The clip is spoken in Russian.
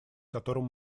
котором